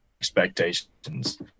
expectations